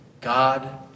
God